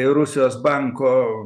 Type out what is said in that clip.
rusijos banko